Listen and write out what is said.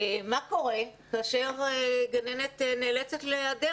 מה קורה כאשר גננת נאלצת להיעדר?